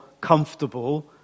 comfortable